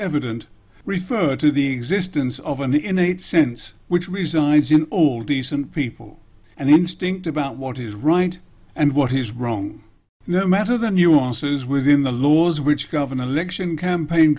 evident refer to the existence of an innate sense which resides in all decent people and instinct about what is right and what is wrong no matter the nuances within the laws which govern election campaign